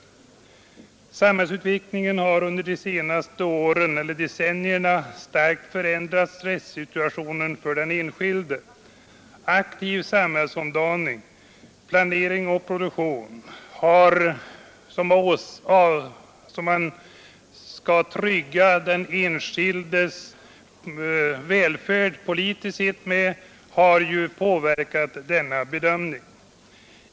15 november 1972 Samhällsutvecklingen har under de senaste decennierna starkt föränd ——— rat rättssituationen för den enskilde. Aktiv samhällsomdaning och Den enskildes rättsplanering av produktion, som skall trygga den enskildes välfärd politiskt skydd inom förvaltsett, har inverkat i detta sammanhang.